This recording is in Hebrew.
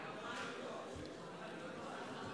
ההצעה